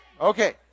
Okay